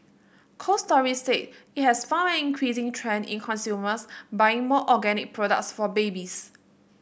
Cold Storage said it has found an increasing trend in consumers buying more organic products for babies